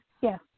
Yes